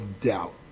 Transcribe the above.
doubt